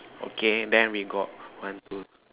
okay then we got one two